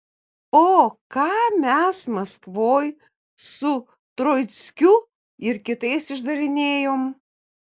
o ką mes maskvoj su troickiu ir kitais išdarinėjom